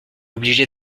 obligé